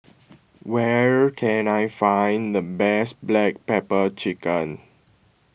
where can I find the best Black Pepper Chicken